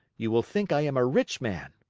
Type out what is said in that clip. you will think i am a rich man.